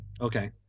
Okay